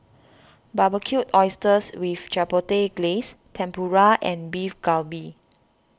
Barbecued Oysters with Chipotle Glaze Tempura and Beef Galbi